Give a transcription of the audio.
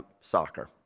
soccer